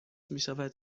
میشود